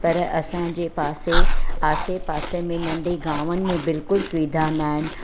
पर असांजे पासे आसे पासे में नंढे गांवनि में बिल्कुलु सुविधा न आहिनि